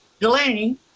Delaney